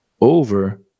over